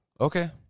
Okay